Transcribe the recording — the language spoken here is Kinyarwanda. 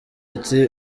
ati